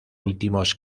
últimos